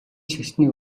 шашны